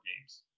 games